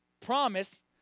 promise